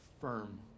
firm